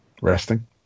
Resting